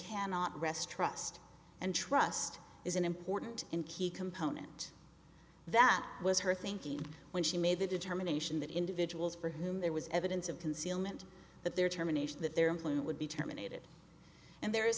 cannot rest trust and trust is an important and key component that was her thinking when she made the determination that individuals for whom there was evidence of concealment that there terminations that their employment would be terminated and there is